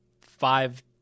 five